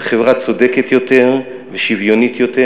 על חברה צודקת יותר ושוויונית יותר,